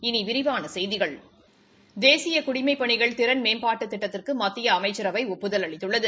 இனி விரிவான செய்திகள் தேசிய குடிமைப் பணிகள் திறன் மேம்பாட்டுத் திட்டத்திற்கு மத்திய அமைச்சரவை ஒப்புதல் அளித்துள்ளது